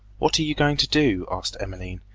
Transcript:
what are you going to do asked emmeline,